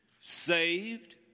Saved